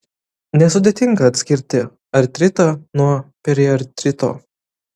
nesudėtinga atskirti artritą nuo periartrito